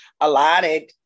allotted